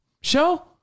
show